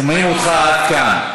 שומעים אותך עד כאן.